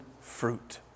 fruit